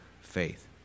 faith